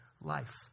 life